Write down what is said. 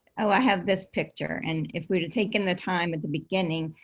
i have this picture, and if we'd have taken the time at the beginning,